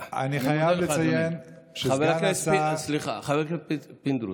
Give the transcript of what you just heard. סליחה, חבר הכנסת פינדרוס,